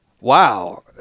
wow